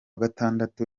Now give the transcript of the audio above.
gatandatu